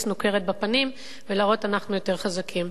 סנוקרת בפנים ולהראות: אנחנו יותר חזקים.